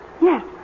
Yes